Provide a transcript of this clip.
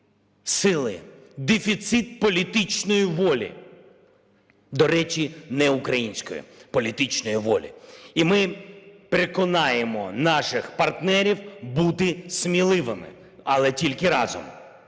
сили, дефіцит політичної волі, до речі, не української політичної волі. І ми переконаємо наших партнерів бути сміливими, але тільки разом.